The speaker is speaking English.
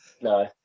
no